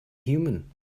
human